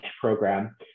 program